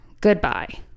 Goodbye